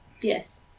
yes